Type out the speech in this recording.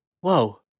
whoa